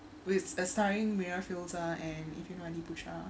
with uh starting mira filzah and if you know adi putra